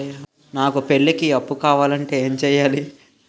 నాకు పెళ్లికి అప్పు కావాలంటే ఏం చేయాలి?